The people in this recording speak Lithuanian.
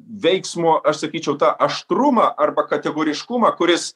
veiksmo aš sakyčiau tą aštrumą arba kategoriškumą kuris